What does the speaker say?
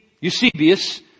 Eusebius